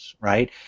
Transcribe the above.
right